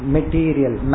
Material